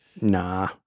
Nah